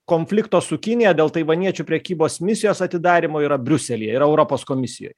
konflikto su kinija dėl taivaniečių prekybos misijos atidarymo yra briuselyje ir europos komisijoj